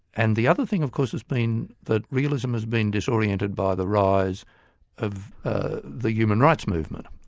and the other thing of course has been that realism has been disoriented by the rise of ah the human rights movement,